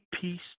peace